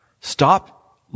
Stop